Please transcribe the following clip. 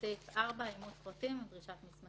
אולי תבהירי לפרוטוקול למה היו פה התיקונים בניסוח ומה